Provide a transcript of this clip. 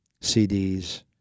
CDs